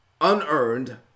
unearned